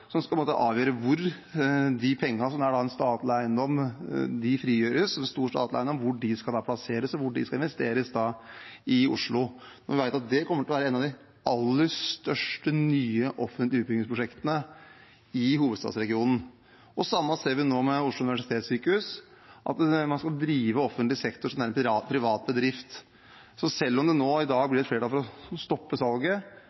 som på en måte avgjør hvor de pengene som da frigjøres fra en stor statlig eiendom, skal plasseres og investeres i Oslo. Vi vet at det kommer til å være en av de aller største nye offentlige utbyggingsprosjektene i hovedstadsregionen. Det samme ser vi nå med Oslo universitetssykehus, at man driver offentlig sektor som om det er en privat bedrift. Selv om det nå i dag